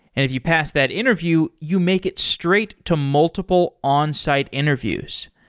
if you pass that interview, you make it straight to multiple onsite interviews.